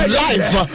life